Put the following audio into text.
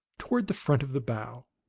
toward the front of the bow.